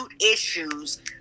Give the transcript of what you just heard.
issues